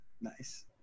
Nice